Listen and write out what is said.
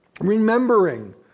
Remembering